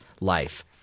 life